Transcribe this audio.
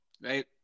Right